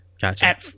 Gotcha